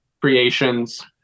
creations